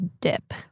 dip